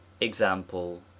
Example